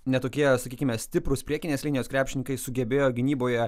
ne tokie sakykime stiprūs priekinės linijos krepšininkai sugebėjo gynyboje